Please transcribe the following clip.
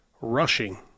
rushing